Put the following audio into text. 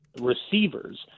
receivers